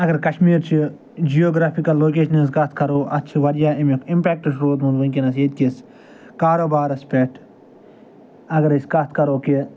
اگر کشمیٖرچہٕ جِیوگرٛیفِکَل لوکٮیشنہِ ہِنٛز کَتھ کرو اَتھ چھِ واریاہ اَمیُک اِمپٮ۪کٹ چھُ روٗدمُت وٕنۍکٮ۪نَس ییٚتہِ کِس کاروبارس پٮ۪ٹھ اگر أسۍ کتھ کرو کہِ